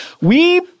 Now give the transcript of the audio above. We-